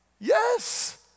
Yes